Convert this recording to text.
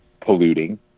polluting